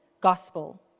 gospel